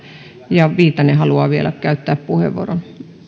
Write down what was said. ja viitanen haluaa vielä käyttää puheenvuoron